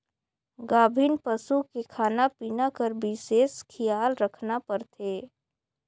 गाभिन पसू के खाना पिना कर बिसेस खियाल रखना परथे